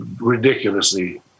ridiculously